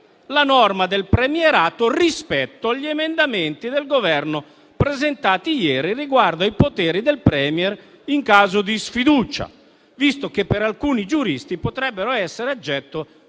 la norma del premierato rispetto agli emendamenti del Governo presentati ieri riguardo ai potere del *Premier* in caso di sfiducia, visto che per alcuni giuristi potrebbero essere oggetto